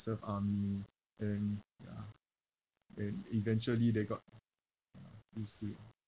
to serve army then yeah then eventually they got ya used to it lah